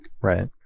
Right